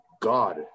god